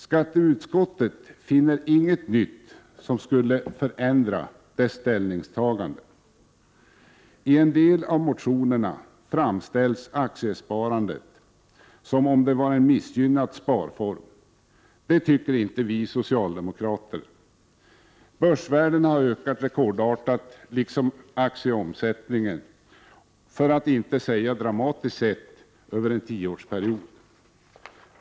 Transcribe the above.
Skatteutskottet finner inget nytt som skulle förändra dessa ställningstaganden. I en del av motionerna framställs det som om aktiesparandet var en missgynnad sparform. Det tycker inte vi socialdemokrater. Börsvärdena har liksom aktieomsättningen ökat rekordartat, för att inte säga dramatiskt, sett över en tioårsperiod.